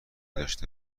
داشته